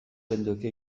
geundeke